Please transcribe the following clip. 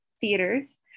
theaters